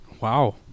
Wow